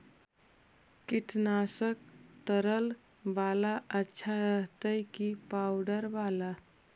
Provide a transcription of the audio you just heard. कीटनाशक तरल बाला अच्छा रहतै कि पाउडर बाला?